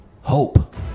hope